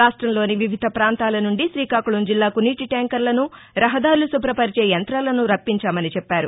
రాష్టంలోని వివిధ పాంతాలనుండి శ్రీకాకుళం జిల్లాకు నీటి ట్యాంకర్లను రహదారులు శుభ్రపరిచే యంతాలను రప్పించామని చెప్పారు